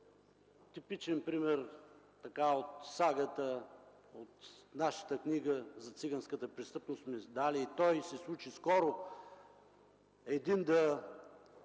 типичен пример от сагата от нашата книга за циганската престъпност,